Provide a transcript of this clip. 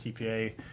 CPA